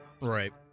Right